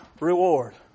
reward